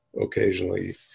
occasionally